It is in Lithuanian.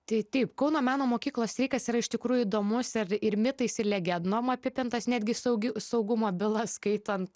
tai taip kauno meno mokyklos streikas yra iš tikrųjų įdomus ir ir mitais ir legendom apitentas netgi saugi saugumo bylas skaitant